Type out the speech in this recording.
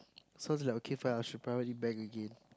so it's like okay fine I should private it again